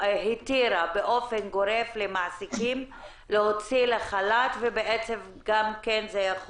התירה באופן גורף למעסיקים להוציא לחל"ת וזה יכול